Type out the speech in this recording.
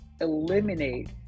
eliminate